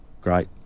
great